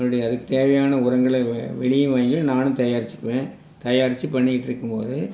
மறுபடி அதுக்கு தேவையான உரங்களை வெ வெளியேயும் வாங்கிக்கிறேன் நானும் தயாரிச்சுக்குவேன் தயாரிச்சு பண்ணிக்கிட்டிருக்கும்போது